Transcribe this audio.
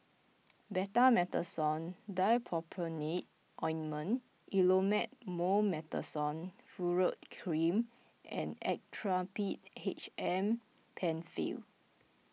Betamethasone Dipropionate Ointment Elomet Mometasone Furoate Cream and Actrapid H M Penfill